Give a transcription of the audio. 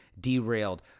derailed